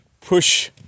push